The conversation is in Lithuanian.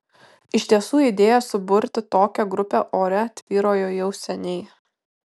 iš tiesų idėja suburti tokią grupę ore tvyrojo jau seniai